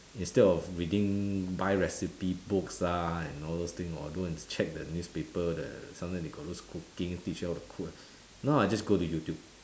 instead of reading buy recipe books lah and all those things or go and check the newspaper the sometimes they got those cooking teach you how to cook now I just go to youtube